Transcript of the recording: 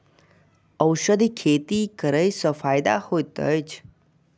औषधि खेती करे स फायदा होय अछि?